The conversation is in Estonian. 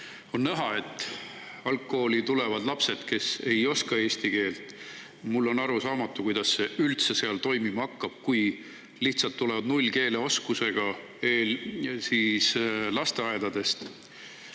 On näha, et algkooli tulevad lapsed, kes ei oska eesti keelt. Mulle on arusaamatu, kuidas see üldse toimima hakkab, kui lihtsalt tulevad nullkeeleoskusega lapsed lasteaedadest